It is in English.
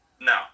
No